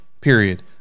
period